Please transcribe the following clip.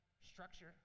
structure